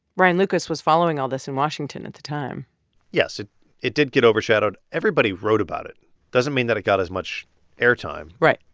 ryan lucas was following all this in washington at the time yes, it it did get overshadowed. everybody wrote about it doesn't mean that it got as much airtime right.